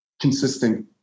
consistent